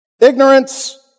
Ignorance